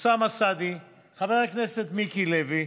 חבר הכנסת אוסאמה סעדי, חבר הכנסת מיקי לוי,